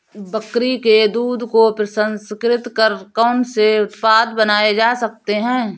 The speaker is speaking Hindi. बकरी के दूध को प्रसंस्कृत कर कौन से उत्पाद बनाए जा सकते हैं?